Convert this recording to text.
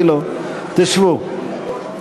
תשבו.